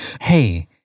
Hey